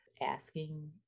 asking